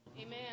amen